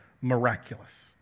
miraculous